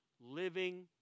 living